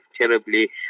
terribly